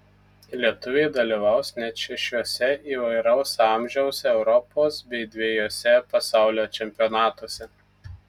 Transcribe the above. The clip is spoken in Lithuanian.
lietuviai dalyvaus net šešiuose įvairaus amžiaus europos bei dvejuose pasaulio čempionatuose